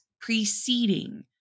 preceding